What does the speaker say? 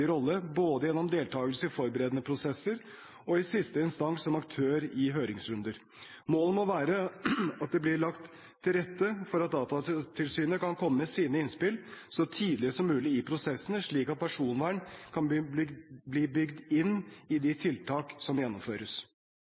rolle både gjennom deltakelse i forberedende prosesser og, i siste instans, som aktør i høringsrunder. Målet må være at det blir lagt til rette for at Datatilsynet kan komme med sine innspill så tidlig som mulig i prosessene, slik at personvern kan bli bygd inn i de tiltak som gjennomføres.